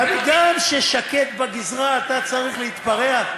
תמיד, גם כששקט בגזרה, אתה צריך להתפרע?